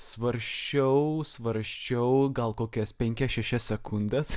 svarsčiau svarsčiau gal kokias penkias šešias sekundes